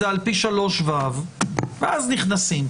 זה על פי 3ו ואז נכנסים.